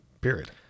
Period